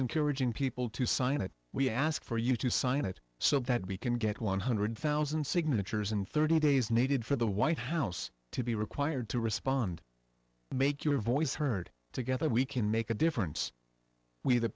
encouraging people to sign it we ask for you to sign it so that we can get one hundred thousand signatures in thirty days needed for the white house to be required to respond make your voice heard together we can make a difference we the